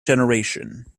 generation